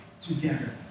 together